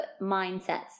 mindsets